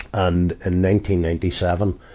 and and ninety ninety seven,